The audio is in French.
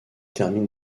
termine